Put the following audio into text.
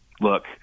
look